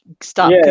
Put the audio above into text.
stop